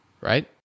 right